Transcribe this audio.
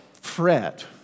fret